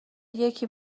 یکی